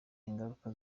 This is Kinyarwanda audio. ingaruka